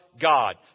God